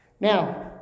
Now